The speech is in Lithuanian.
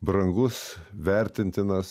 brangus vertintinas